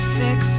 fix